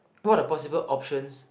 all the possible options